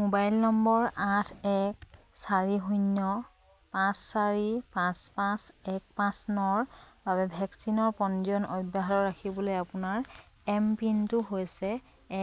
mobile number আঠ এক চাৰি শূন্য পাঁচ চাৰি পাঁচ পাঁচ এক পাঁচ নৰ বাবে ভেকচিনৰ পঞ্জীয়ন অব্যাহত ৰাখিবলৈ আপোনাৰ এম পিনটো হৈছে